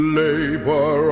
labor